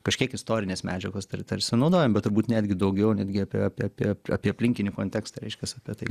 kažkiek istorinės medžiagos tar tarsi naudojam bet turbūt netgi daugiau netgi apie apie apie apie aplinkinį kontekstą reiškias apie tai